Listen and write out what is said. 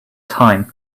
time